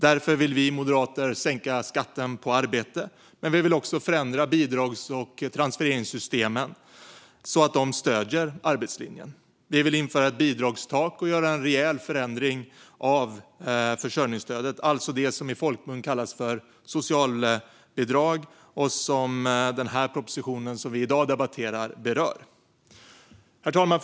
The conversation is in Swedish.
Därför vill vi moderater sänka skatten på arbete, och vi vill också förändra bidrags och transfereringssystemen, så att de stöder arbetslinjen. Vi vill införa ett bidragstak och göra en rejäl reformering av försörjningsstödet, alltså det som i folkmun kallas socialbidrag och som den proposition som vi i dag debatterar berör. Herr talman!